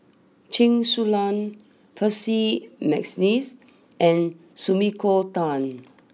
Chen Su Lan Percy McNeice and Sumiko Tan